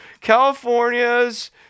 California's